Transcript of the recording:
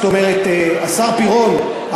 השר פירון,